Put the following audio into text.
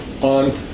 on